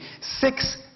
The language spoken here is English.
Six